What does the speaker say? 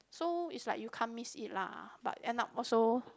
so is like you can't miss it lah but end up also